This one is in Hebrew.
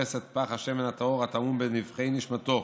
ומחפש את פך השמן הטהור הטמון בנבכי נשמתו,